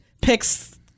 picks